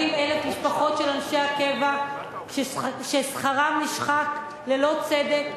40,000 משפחות של אנשי הקבע ששכרם נשחק ללא צדק.